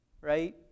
Right